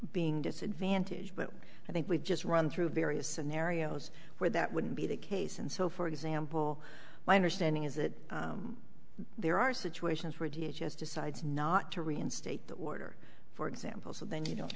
being disadvantaged but i think we've just run through various scenarios where that would be the case and so for example my understanding is that there are situations where you just decide not to reinstate the order for example so that you